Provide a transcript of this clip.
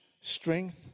strength